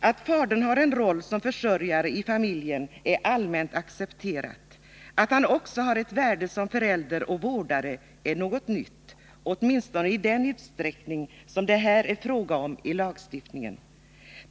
Att fadern har en roll som försörjare i familjen är allmänt accepterat; att han också har ett värde som förälder och vårdare är något nytt, åtminstone i den utsträckning som det här är fråga om i lagstiftningen.